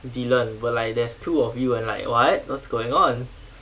dylan but like there's two of you and like what what's going on